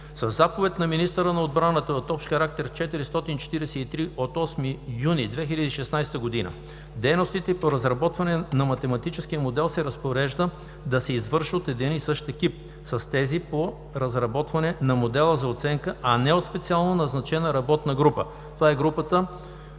Със заповед на министъра на отбраната, № ОХ-443 от 8 юни 2016 г. дейностите по разработване на математическия модел се разпорежда да се извършват от един и същи екип с тези по разработване на модела за оценка, а не от специално назначена работна група. Това е екипът